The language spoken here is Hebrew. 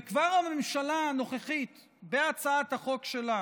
וכבר הממשלה הנוכחית בהצעת החוק שלה